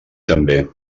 també